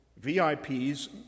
VIPs